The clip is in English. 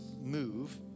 move